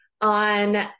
on